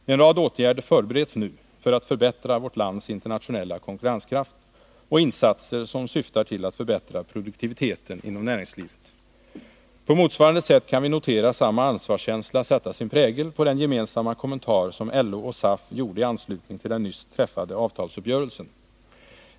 En rad åtgärder förbereds nu för att förbättra vårt lands internationella konkurrenskraft liksom insatser som syftar till att förbättra produktiviteten inom näringslivet. På motsvarande sätt kan vi notera hur samma ansvarskänsla sätter sin prägel på den gemensamma kommentar som LO och SAF gjorde i anslutning till den nyss träffade avtalsuppgörelsen.